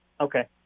okay